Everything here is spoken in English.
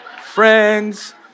Friends